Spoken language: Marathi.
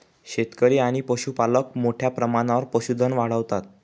शेतकरी आणि पशुपालक मोठ्या प्रमाणावर पशुधन वाढवतात